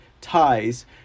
ties